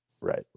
Right